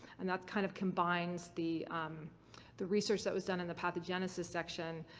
and that kind of combines the um the research that was done in the pathogenesis section,